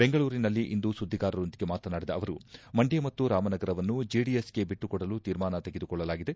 ಬೆಂಗಳೂರಿನಲ್ಲಿಂದು ಸುದ್ದಿಗಾರರೊಂದಿಗೆ ಮಾತನಾಡಿದ ಅವರು ಮಂಡ್ಯ ಮತ್ತು ರಾಮನಗರವನ್ನು ಜೆಡಿಎಸ್ಗೆ ಬಿಟ್ಟುಕೊಡಲು ತೀರ್ಮಾನ ತೆಗೆದುಕೊಳ್ಳಲಾಗಿದೆ